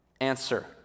Answer